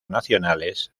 nacionales